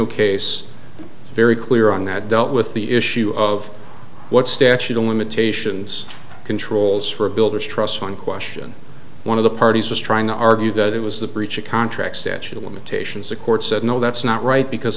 pony case very clear on that dealt with the issue of what statute of limitations controls for a builder's trust one question one of the parties was trying to argue that it was the breach of contract statute of limitations the court said no that's not right because